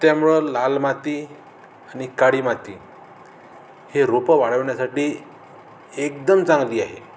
त्यामुळं लाल माती आणि काळी माती हे रोपं वाढवण्यासाठी एकदम चांगली आहे